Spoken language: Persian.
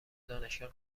دانشگاه